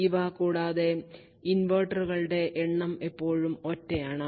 ഇവ കൂടാതെ ഇൻവെർട്ടറുകളുടെ എണ്ണം എപ്പോഴും ഒറ്റ ആണ്